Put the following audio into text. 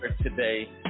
today